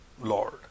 Lord